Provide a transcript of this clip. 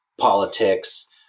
politics